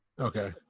okay